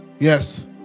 yes